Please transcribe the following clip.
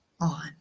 on